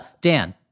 Dan